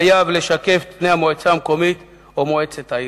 חייב לשקף את פני המועצה המקומית או מועצת העיר,